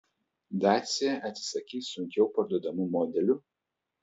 dacia atsisakys sunkiau parduodamų modelių